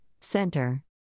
Center